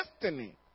destiny